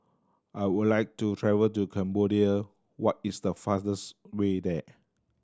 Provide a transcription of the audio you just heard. I would like to travel to Cambodia what is the fastest way there